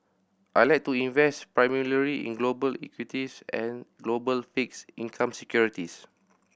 I like to invest primarily in global equities and global fixed income securities